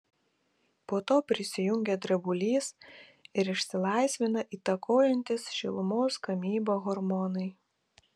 po to prisijungia drebulys ir išsilaisvina įtakojantys šilumos gamybą hormonai